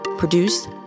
Produced